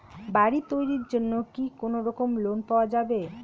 বাড়ি তৈরির জন্যে কি কোনোরকম লোন পাওয়া যাবে?